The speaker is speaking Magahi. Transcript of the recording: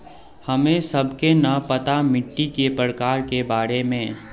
हमें सबके न पता मिट्टी के प्रकार के बारे में?